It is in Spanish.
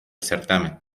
certamen